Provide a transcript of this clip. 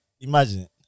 Imagine